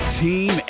team